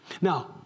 Now